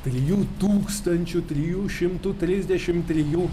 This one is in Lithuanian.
trijų tūkstančių trijų šimtų trisdešimt trijų